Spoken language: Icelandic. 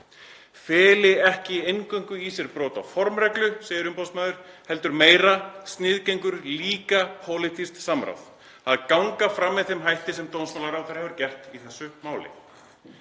felur ekki eingöngu í sér brot á formreglum, segir umboðsmaður, heldur sniðgengur líka pólitískt samráð, að ganga fram með þeim hætti sem dómsmálaráðherra hefur gert í þessu máli.